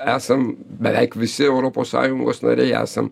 esam beveik visi europos sąjungos nariai esam